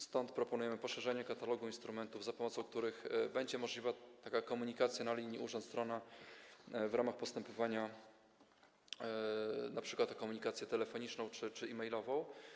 Stąd proponujemy poszerzenie katalogu instrumentów, za pomocą których będzie możliwa komunikacja na linii urząd - strona w ramach postępowania, np. o komunikację telefoniczną czy e-mailową.